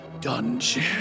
dungeon